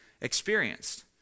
experienced